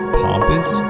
pompous